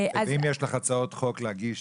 ואם יש לך הצעות חוק להגיש,